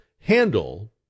handle